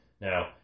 Now